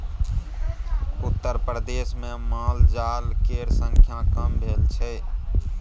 उत्तरप्रदेशमे मालजाल केर संख्या कम भेल छै